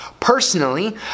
Personally